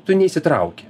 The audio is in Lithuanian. tu neįsitrauki